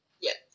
Yes